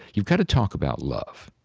you've got to talk about love.